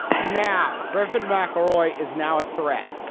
now, griffin mcelroy is now a threat.